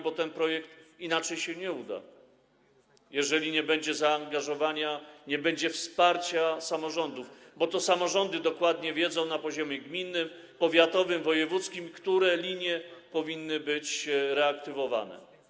Bo ten projekt inaczej się nie uda, jeżeli nie będzie zaangażowania, nie będzie wsparcia samorządów, bo to samorządy dokładnie wiedzą na poziomie gminnym, powiatowym, wojewódzkim, które linie powinny być reaktywowane.